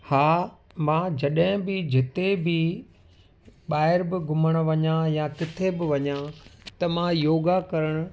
हा मां जॾहिं बि जिते बि ॿाहिरि बि घुमणु वञा या किथे बि वञा त मां योगा करणु